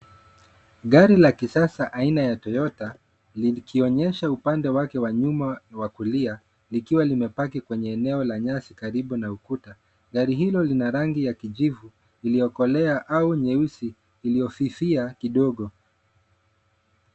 Gari la kisasa aina ya Toyota likionyesha upande wake wa nyuma wa kulia likiwa limepaki kwenye eneo la nyasi karibu na ukuta. Gari hilo lina rangi ya kijivu iliyokolea au nyeusi iliyofifia kidogo.